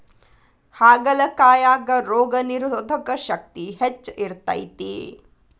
ಹಾಗಲಕಾಯಾಗ ರೋಗನಿರೋಧಕ ಶಕ್ತಿ ಹೆಚ್ಚ ಇರ್ತೈತಿ